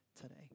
today